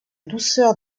douceur